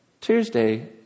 Tuesday